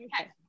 Okay